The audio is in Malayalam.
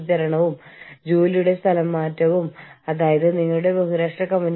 നിങ്ങൾക്ക് തൊഴിലുടമകളുടെ അസോസിയേഷനുകളും ഉണ്ടാകാം